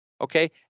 okay